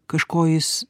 kažko jis